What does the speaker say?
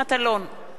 אינו נוכח